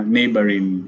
Neighboring